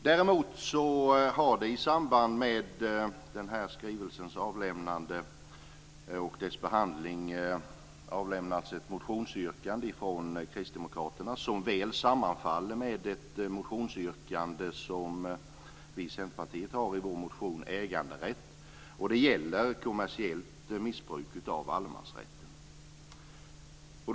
Däremot har det i samband med den här skrivelsens avlämnande och dess behandling avlämnats ett motionsyrkande från Kristdemokraterna som väl sammanfaller med ett motionsyrkande som vi i Centerpartiet har i vår motion Äganderätt. Det gäller kommersiellt missbruk av allemansrätten.